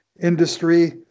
industry